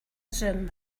zoom